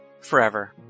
forever